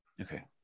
Okay